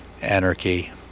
anarchy